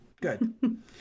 good